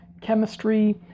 chemistry